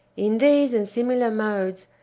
in these and similar modes,